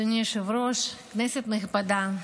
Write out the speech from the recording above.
אדוני היושב-ראש, כנסת נכבדה.